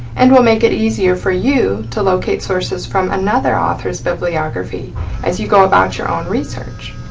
and will make it easier for you to locate sources from another author's bibliography as you go about your own research.